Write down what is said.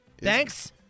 Thanks